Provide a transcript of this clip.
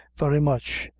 very much,